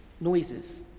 noises